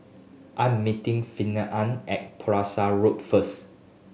I am meeting Finnegan at Pulasan Road first